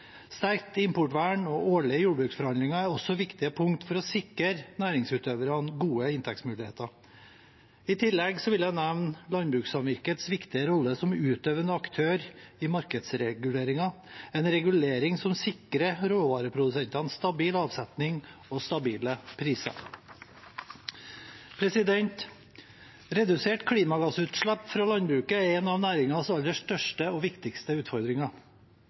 Sterkt importvern og årlige jordbruksforhandlinger er også viktige punkter for å sikre næringsutøverne gode inntektsmuligheter. I tillegg vil jeg nevne landbrukssamvirkets viktige rolle som utøvende aktør i markedsreguleringen, en regulering som sikrer råvareprodusentene stabil avsetning og stabile priser. Reduserte klimagassutslipp fra landbruket er en av næringens aller største og viktigste utfordringer.